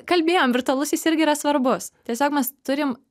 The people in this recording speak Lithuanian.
kalbėjom virtualus jis irgi yra svarbus tiesiog mes turim